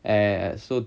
and so